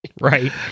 Right